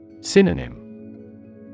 Synonym